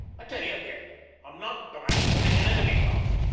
i tell ye again i'm not the man to make an enemy of.